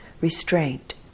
restraint